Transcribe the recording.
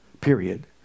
Period